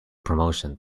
promotion